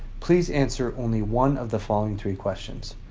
please answer only one of the following three questions.